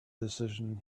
decision